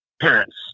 parents